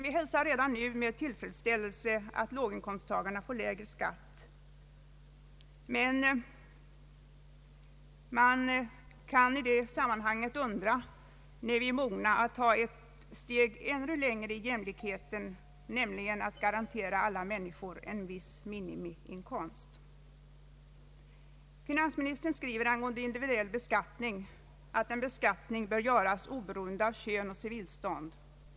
Vi hälsar redan nu med tillfredsställelse att låginkomsttagare får lägre skatt men undrar när vi är mogna att ta ännu ett steg mot jämlikheten, nämligen att garantera alla människor en viss minimiinkomst. Finansministern skriver angående individuell beskattning, att beskattningen bör göras oberoende av kön och civilstånd.